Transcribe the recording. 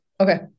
Okay